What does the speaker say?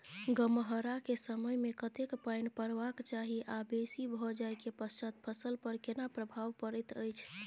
गम्हरा के समय मे कतेक पायन परबाक चाही आ बेसी भ जाय के पश्चात फसल पर केना प्रभाव परैत अछि?